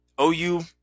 OU